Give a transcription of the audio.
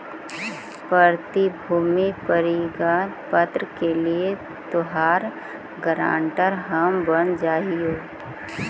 प्रतिभूति प्रतिज्ञा पत्र के लिए तोहार गारंटर हम बन जा हियो